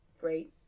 Great